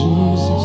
Jesus